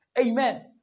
Amen